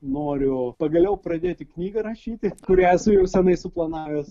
noriu pagaliau pradėti knygą rašyti kurią esu jau senai suplanavęs